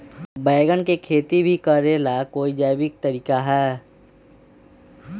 बैंगन के खेती भी करे ला का कोई जैविक तरीका है?